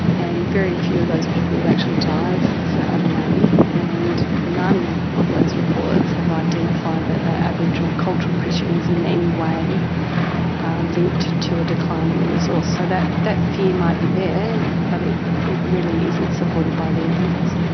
and very few of those people would actually dive for abalone, and none of those reports have identified that that aboriginal cultural fishing is in any way linked to a decline in the resource. so that that fear might be there, but it it really isn't supported by the evidence.